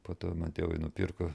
po to man tėvai nupirko